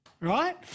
right